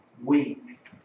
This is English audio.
Weak